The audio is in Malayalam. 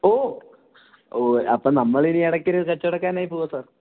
ഓ ഓ അപ്പം നമ്മളിനി ഇടയ്ക്കൊരു കച്ചവടക്കാരനായി പോകുമോ സാർ